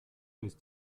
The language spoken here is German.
ist